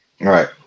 right